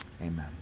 amen